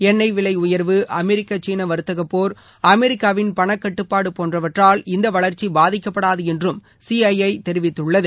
எண்ணெய் விலை உயர்வு அமெரிக்கா சீனா வர்த்தக போர் அமெரிக்காவின் பணக்கட்டுபாடு போன்றவற்றால் இந்த வளர்ச்சி பாதிக்கப்படாது என்றும் சிஐஐ தெிவித்துள்ளது